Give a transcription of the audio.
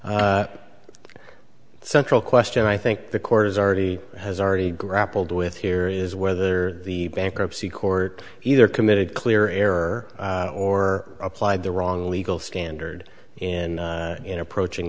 the central question i think the court has already has already grappled with here is whether the bankruptcy court either committed clear error or applied the wrong legal standard and in approaching